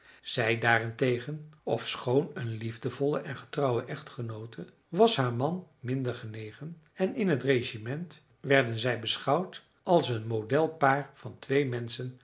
zij daarentegen ofschoon een liefdevolle en getrouwe echtgenoote was haar man minder genegen en in het regiment werden zij beschouwd als een modelpaar van twee menschen